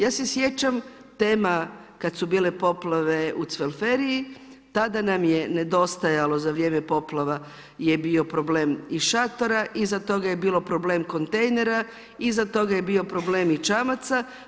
Ja se sjećam tema kad su bili poplave u, … tada nam je nedostajalo za vrijeme poplava je bio problem i šatora, iza toga je bio problem kontejnera, iza toga je bio problem i čamaca.